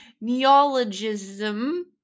neologism